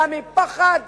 אלא מפחד